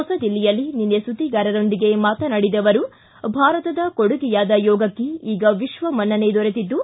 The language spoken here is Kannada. ಹೊಸದಿಲ್ಲಿಯಲ್ಲಿ ನಿನ್ನೆ ಸುದ್ವಿಗಾರರೊಂದಿಗೆ ಮಾತನಾಡಿದ ಅವರು ಭಾರತದ ಕೊಡುಗೆಯಾದ ಯೋಗಕ್ಕೆ ಈಗ ವಿಕ್ವಮನ್ನಣೆ ದೊರೆತಿದ್ದು